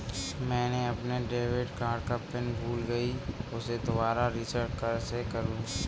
मैंने अपने debit card का पिन भूल गई, उसे दोबारा रीसेट कैसे करूँ?